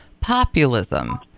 populism